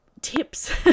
tips